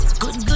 good